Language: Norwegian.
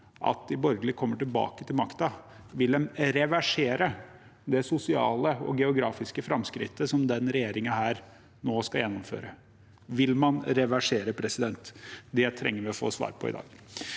at de borgerlige kommer tilbake til makten, vil de reversere det sosiale og geografiske framskrittet som denne regjeringen nå skal gjennomføre? Vil man reversere? Det trenger vi å få svar på i dag.